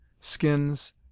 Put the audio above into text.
skins